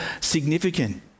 significant